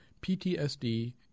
PTSD